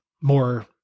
more